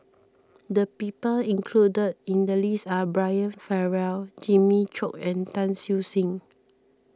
the people included in the list are Brian Farrell Jimmy Chok and Tan Siew Sin